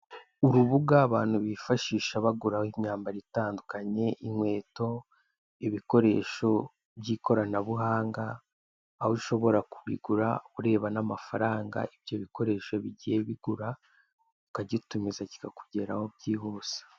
Urubuga abantu bifashisha baguraraho imyambaro itandukanye inkweto, ibikoresho by'ikoranabuhanga, aho ushobora kubigura ureba n'amafaranga ibyo bikoresho bigiye bigura, ukagitumiza kikakugeraho byihuse.